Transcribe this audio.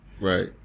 Right